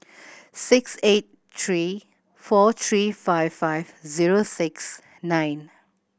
six eight three four three five five zero six nine